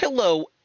Hello